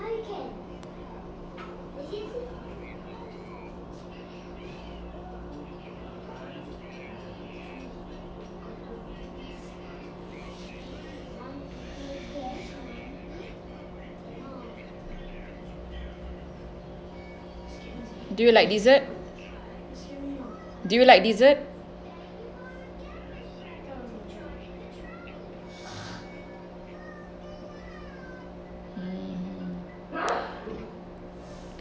do you like dessert do you like dessert